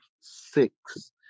six